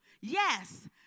Yes